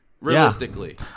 realistically